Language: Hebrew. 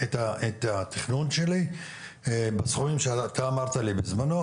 התכנון שלי בסכומים שאתה אמרת לי בזמנו.